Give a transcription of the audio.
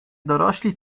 dorośli